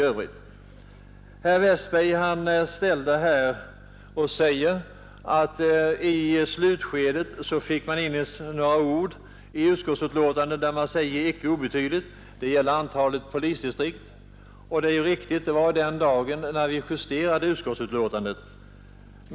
Herr Westberg i Ljusdal säger att vi i slutskedet fick in orden ”icke obetydligt” i utskottets betänkande. Detta gällde antalet polisdistrikt. Det är riktigt. Det skedde den dag vi justerade utskottets betänkande.